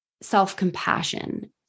self-compassion